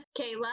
Kayla